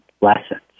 lessons